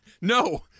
No